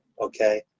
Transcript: okay